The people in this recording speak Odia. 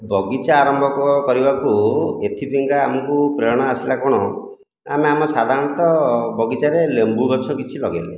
ବଗିଚା ଆରମ୍ଭ କରିବାକୁ ଏଥିପାଇଁକା ଆମକୁ ପ୍ରେରଣା ଆସିଲା କ'ଣ ଆମେ ଆମ ସାଧାରଣତଃ ବଗିଚାରେ ଲେମ୍ବୁ ଗଛ କିଛି ଲଗେଇଲେ